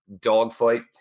dogfight